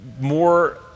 more